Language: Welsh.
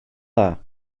dda